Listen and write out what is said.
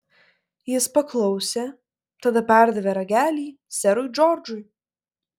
jis paklausė tada perdavė ragelį serui džordžui